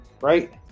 right